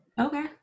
okay